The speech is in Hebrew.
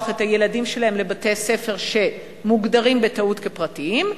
את הילדים שלהם לבתי-הספר שמוגדרים בטעות כפרטיים,